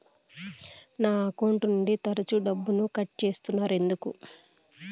నా అకౌంట్ నుండి తరచు డబ్బుకు కట్ సేస్తున్నారు ఎందుకు